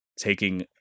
taking